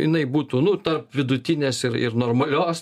jinai būtų nu tarp vidutinės ir ir normalios